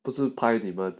就是拍你们